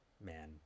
man